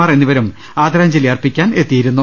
മാർ എന്നിവരും ആദരാ ഞ്ജലി അർപ്പിക്കാൻ എത്തിയിരുന്നു